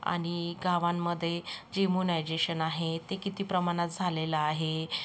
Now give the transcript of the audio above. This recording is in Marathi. आणि गावांमध्ये जेमोनायजेशन आहे ते किती प्रमाणात झालेलं आहे